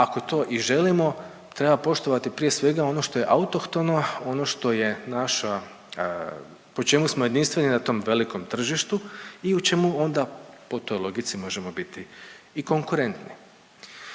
ako to i želimo treba poštovati prije svega ono što je autohtono, ono što je naša, po čemu smo jedinstveni na tom velikom tržištu i u čemu onda po toj logici možemo biti i konkurentni.